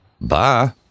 Bye